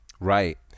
Right